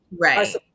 Right